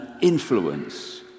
influence